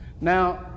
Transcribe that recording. Now